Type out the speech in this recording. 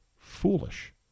foolish